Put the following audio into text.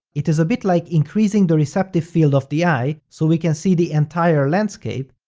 it is a bit like increasing the receptive field of the eye so we can see the entire landscape,